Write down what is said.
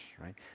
right